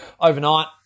overnight